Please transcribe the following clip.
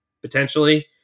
potentially